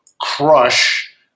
crush